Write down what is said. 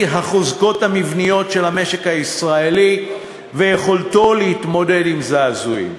החוזקות המבניות של המשק הישראלי ויכולתו להתמודד עם זעזועים.